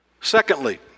secondly